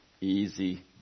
easy